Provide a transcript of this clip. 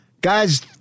guys